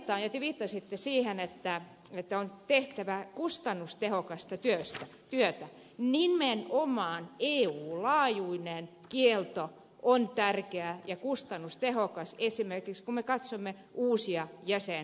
kun viittasitte siihen että on tehtävä kustannustehokasta työtä niin nimenomaan eun laajuinen kielto on tärkeä ja kustannustehokas esimerkiksi kun me katsomme uusia jäsenvaltioita